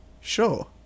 Sure